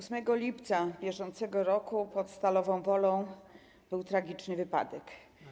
8 lipca br. pod Stalową Wolą był tragiczny wypadek.